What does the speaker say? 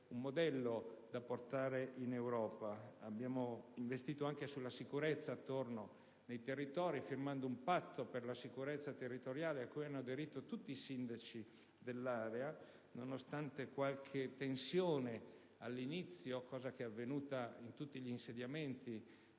un modello da portare in Europa. Abbiamo altresì investito sulla sicurezza attorno ai territori, firmando un patto per la sicurezza territoriale, a cui hanno aderito tutti i sindaci dell'area. Nonostante qualche tensione iniziale, che è avvenuta in tutti gli insediamenti